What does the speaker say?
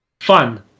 fun